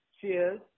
Cheers